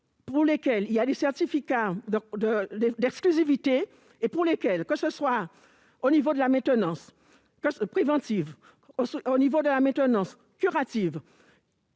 pour lesquels il y a des certificats d'exclusivité, que ce soit au niveau de la maintenance préventive ou au niveau de la maintenance curative.